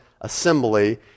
assembly